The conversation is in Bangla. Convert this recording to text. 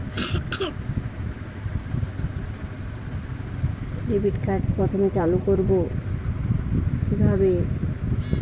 ডেবিটকার্ড কিভাবে প্রথমে চালু করব?